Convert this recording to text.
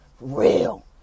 real